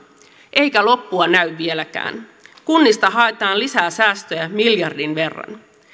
eikä loppua näy vieläkään kunnista haetaan lisää säästöjä miljardin verran